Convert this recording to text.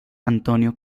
antonio